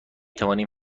توانیم